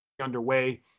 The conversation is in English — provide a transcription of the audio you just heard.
Underway